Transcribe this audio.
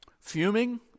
fuming